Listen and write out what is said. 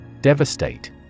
Devastate